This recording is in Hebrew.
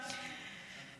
תודה רבה.